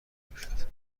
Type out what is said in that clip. میشود